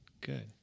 Good